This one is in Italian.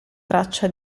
traccia